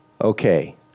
Okay